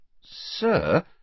Sir